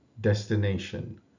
destination